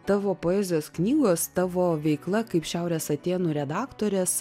tavo poezijos knygos tavo veikla kaip šiaurės atėnų redaktorės